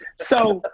so,